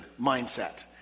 mindset